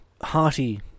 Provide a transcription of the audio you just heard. hearty